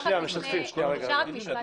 אחד בהיבט